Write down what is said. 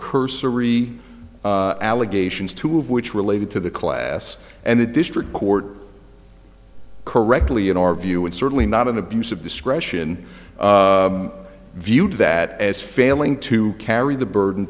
cursory allegations two of which related to the class and the district court correctly in our view and certainly not an abuse of discretion viewed that as failing to carry the burden